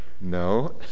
no